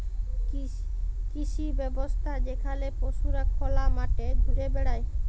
কৃষি ব্যবস্থা যেখালে পশুরা খলা মাঠে ঘুরে বেড়ায়